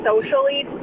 socially